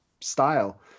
style